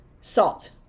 salt